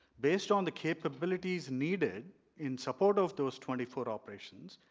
based on the capabilities needed in support of those twenty four operations,